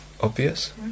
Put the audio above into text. obvious